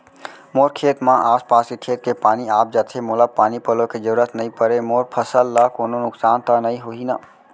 मोर खेत म आसपास के खेत के पानी आप जाथे, मोला पानी पलोय के जरूरत नई परे, मोर फसल ल कोनो नुकसान त नई होही न?